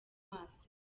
maso